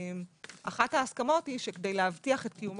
ואחת ההסכמות היא שכדי להבטיח את קיום